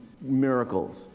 miracles